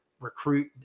recruit